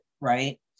right